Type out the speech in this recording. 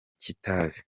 kitabi